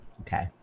Okay